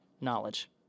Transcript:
knowledge